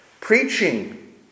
preaching